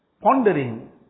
pondering